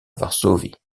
varsovie